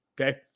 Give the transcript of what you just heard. okay